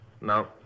No